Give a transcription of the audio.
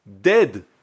Dead